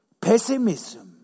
pessimism